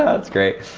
ah that's great.